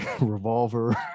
revolver